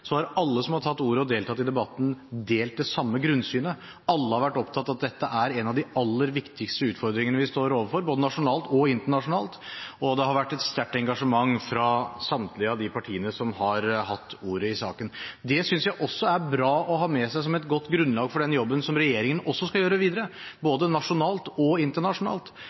og deltatt i debatten, delt det samme grunnsynet. Alle har vært opptatt av at dette er en av de aller viktigste utfordringene vi står overfor, både nasjonalt og internasjonalt, og det har vært et sterkt engasjement fra samtlige av de partiene som har hatt ordet i saken. Det synes jeg også er bra å ha med seg som et godt grunnlag for den jobben som regjeringen skal gjøre videre både nasjonalt og internasjonalt.